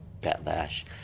Batlash